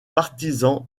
partisan